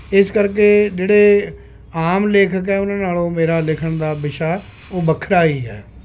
ਇਸ ਕਰਕੇ ਜਿਹੜੇ ਆਮ ਲੇਖਕ ਹੈ ਉਹਨਾਂ ਨਾਲ਼ੋਂ ਮੇਰਾ ਲਿਖਣ ਦਾ ਵਿਸ਼ਾ ਉਹ ਵੱਖਰਾ ਹੀ ਹੈ